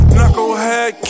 Knucklehead